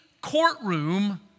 courtroom